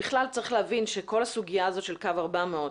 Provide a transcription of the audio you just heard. בכלל צריך להבין שכל הסוגיה הזו של קו 400,